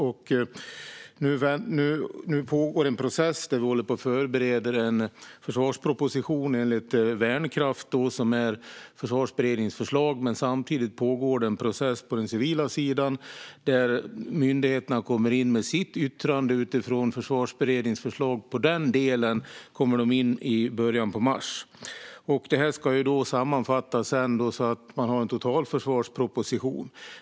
Nu pågår en process där vi håller på och förbereder en försvarsproposition enligt Värnkraft , som är Försvarsberedningens förslag. Samtidigt pågår en process på den civila sidan där myndigheterna kommer in med yttranden utifrån Försvarsberedningens förslag. Denna del kommer de in på i början av mars, och sedan ska detta sammanfattas så att man får en totalförsvarsproposition.